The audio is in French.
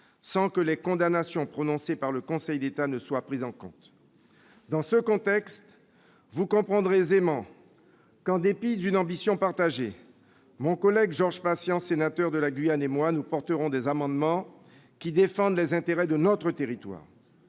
sans que les condamnations prononcées par le Conseil d'État soient prises en compte. Dans ce contexte, vous comprendrez aisément que, en dépit d'une ambition partagée, mon collègue Georges Patient, sénateur de la Guyane, et moi-même portions des amendements visant à défendre les intérêts de notre territoire.